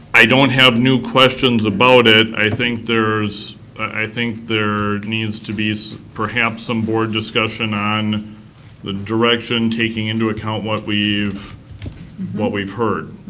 i don't have the questions about it, i think there's i think there needs to be perhaps some board discussion on the direction taking into account what we've what we've heard.